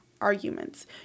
arguments